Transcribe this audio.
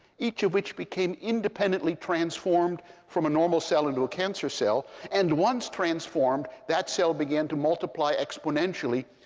each of which became independently transformed from a normal cell into a cancer cell. and once transformed, that cell began to multiply exponentially,